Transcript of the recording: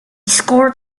scored